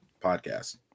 podcast